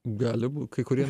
gali bū kai kurie